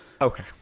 okay